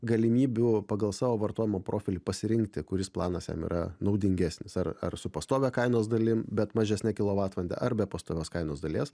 galimybių pagal savo vartojimo profilį pasirinkti kuris planas jam yra naudingesnis ar ar su pastovia kainos dalim bet mažesne kilovatvalande ar be pastovios kainos dalies